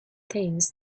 things